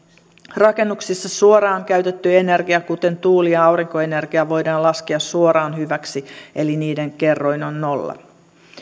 rakennuksissa suoraan käytetty energia kuten tuuli ja aurinkoenergia voidaan laskea suoraan hyväksi eli niiden kerroin on nolla